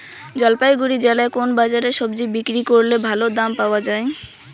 জলপাইগুড়ি জেলায় কোন বাজারে সবজি বিক্রি করলে ভালো দাম পাওয়া যায়?